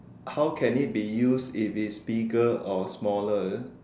how can it be used if it's bigger or smaller is it